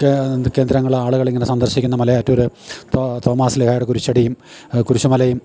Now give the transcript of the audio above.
കേന്ദ്രങ്ങള് ആളുകളിങ്ങനെ സന്ദർശിക്കുന്ന മലയാറ്റൂര് തോമാശ്ലീഹായുടെ കുരിശടിയും കുരിശുമലയും